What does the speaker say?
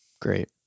Great